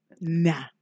Nah